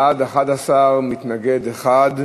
בעד, 11, מתנגד אחד,